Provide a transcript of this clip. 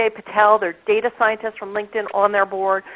ah patil. they're data scientists from linkedin on their board,